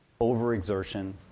overexertion